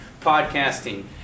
podcasting